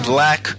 Black